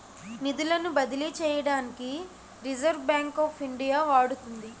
నిధులను బదిలీ చేయడానికి రిజర్వ్ బ్యాంక్ ఆఫ్ ఇండియా వాడుతుంది